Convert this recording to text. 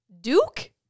Duke